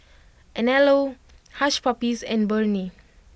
Anello Hush Puppies and Burnie